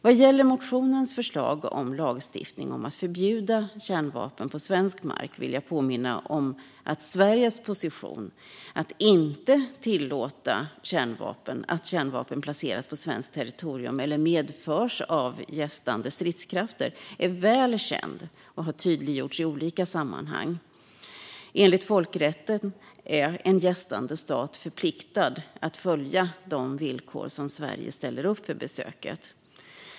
Vad gäller motionens förslag om lagstiftning om att förbjuda kärnvapen på svensk mark vill jag påminna om att Sveriges position att inte tillåta att kärnvapen placeras på svenskt territorium eller medförs av gästande stridskrafter är väl känd och har tydliggjorts i olika sammanhang. Enligt folkrätten är en gästande stat förpliktad att följa de villkor som Sverige ställer upp för besöket.